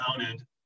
counted